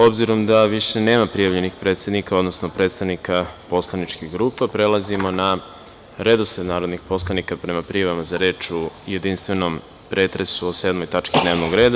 Obzirom da više nema prijavljenih predsednika, odnosno predstavnika poslaničkih grupa, prelazimo na redosled narodnih poslanika prema prijavama za reč u jedinstvenom pretresu o sedmoj tački dnevnog reda.